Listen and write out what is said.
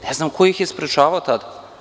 Ne znam ko ih je sprečavao tad?